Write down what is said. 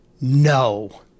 no